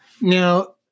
Now